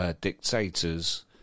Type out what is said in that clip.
dictators